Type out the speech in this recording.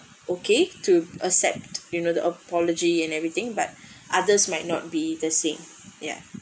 okay to accept you know the apology and everything but others might not be the same ya